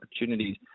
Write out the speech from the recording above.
opportunities